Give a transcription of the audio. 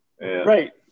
Right